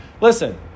Listen